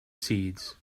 seeds